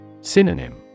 Synonym